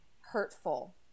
hurtful